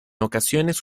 ocasiones